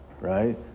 right